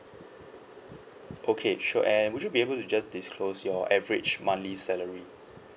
okay sure and would you be able to just disclose your average monthly salary